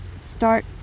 start